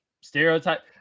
Stereotype